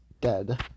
dead